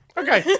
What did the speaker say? okay